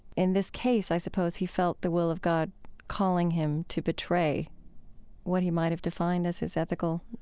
in this case, i suppose, he felt the will of god calling him to betray what he might have defined as his ethical,